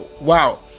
wow